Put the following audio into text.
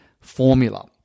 formula